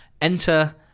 Enter